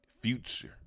Future